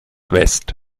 west